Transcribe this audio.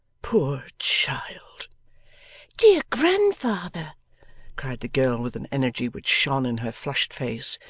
poor child dear grandfather cried the girl with an energy which shone in her flushed face,